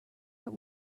will